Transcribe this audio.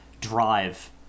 drive